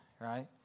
right